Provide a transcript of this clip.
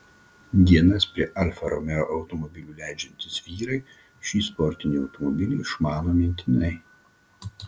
dienas prie alfa romeo automobilių leidžiantys vyrai šį sportinį automobilį išmano mintinai